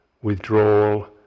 Withdrawal